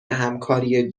همکاری